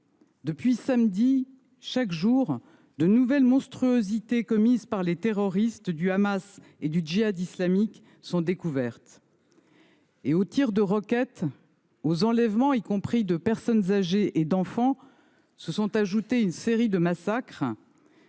Depuis samedi, chaque jour, de nouvelles monstruosités commises par les terroristes du Hamas et du Djihad islamique sont découvertes. Aux tirs de roquettes, aux enlèvements, y compris de personnes âgées et d’enfants, s’est ajoutée une série de massacres